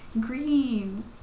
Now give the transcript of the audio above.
green